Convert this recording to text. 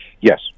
Yes